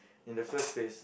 in the first place